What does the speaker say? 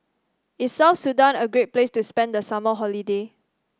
is South Sudan a great place to spend the summer holiday